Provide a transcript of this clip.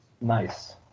Nice